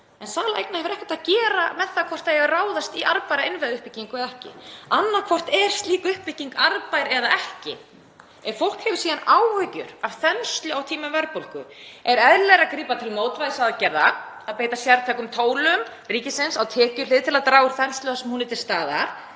en sala eigna hefur ekkert að gera með það hvort ráðast eigi í arðbæra innviðauppbyggingu eða ekki. Annaðhvort er slík uppbygging arðbær eða ekki. Ef fólk hefur síðan áhyggjur af þenslu á tímum verðbólgu er eðlilegra að grípa til mótvægisaðgerða, að beita sértækum tólum ríkisins á tekjuhlið til að draga úr þenslu þar sem hún er til staðar